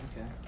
okay